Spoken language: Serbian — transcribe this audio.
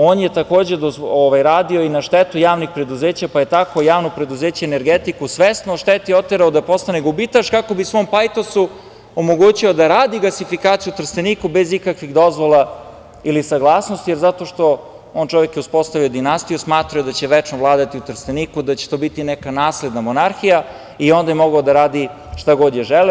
On je takođe radio i na štetu javnih preduzeća, pa je tako Javno preduzeće „Energetiku“ svesno oštetio, oterao da postane gubitaš kako bi svom pajtosu omogućio da radi gasifikaciju Trstenika bez ikakvih dozvola ili saglasnosti zato što, on čovek je uspostavio dinastiju, smatrao je da će večno vladati u Trsteniku, da će to biti neka nasledna monarhija i onda je mogao da radi šta god je želeo.